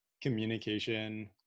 communication